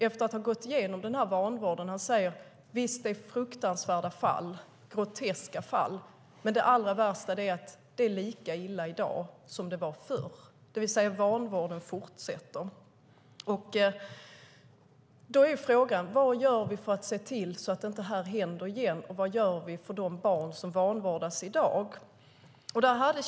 Efter att ha gått igenom denna vanvård säger Göran Johansson: Visst är det fruktansvärda fall, groteska fall, men det allra värsta är att det är lika illa i dag som det var förr. Vanvården fortsätter alltså. Då är frågan: Vad gör vi för att se till att detta inte händer igen, och vad gör vi för de barn som vanvårdas i dag?